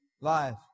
life